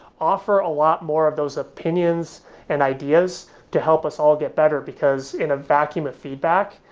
offer a lot more of those opinions and ideas to help us all get better, because in a vacuum of feedback,